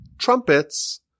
trumpets